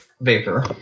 Vapor